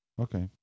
Okay